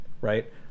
right